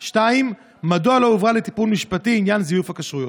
2. מדוע לא הועבר לטיפול משפטי עניין זיוף הכשרויות?